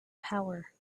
power